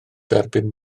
dderbyn